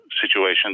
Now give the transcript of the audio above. situation